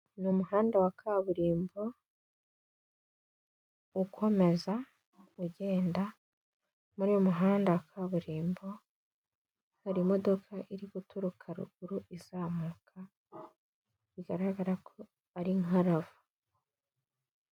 Ni umuhanda wa kaburimbo ukomeza ugenda. Muri uyu muhanda wa kaburimbo hari imodoka iri guturuka ruguru izamuka, bigaragara ko ari nka Rava.